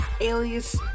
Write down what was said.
alias